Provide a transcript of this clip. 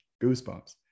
goosebumps